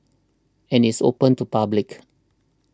and it's open to public